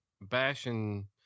bashing